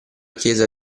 chiesa